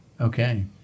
Okay